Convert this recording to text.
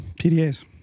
PDAs